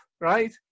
Right